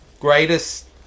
greatest